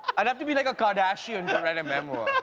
and have to be like a kardashian to write a memoir.